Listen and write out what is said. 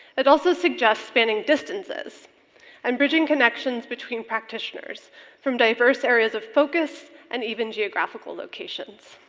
it also suggests spanning distances and bridging connections between practitioners from diverse areas of focus and even geographical locations.